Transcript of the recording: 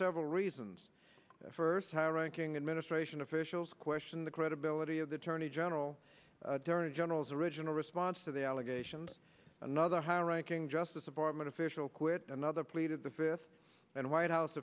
several reasons first high ranking administration officials question the credibility of the attorney general during a general's original response to the allegations another high ranking justice department official quit another pleaded the fifth and white house